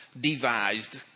devised